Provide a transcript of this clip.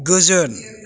गोजोन